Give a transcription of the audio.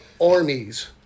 Armies